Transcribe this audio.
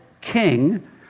King